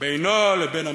בינו לבין המציאות.